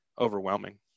overwhelming